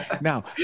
Now